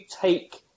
take